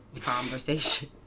conversation